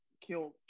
kill